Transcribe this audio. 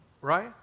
Right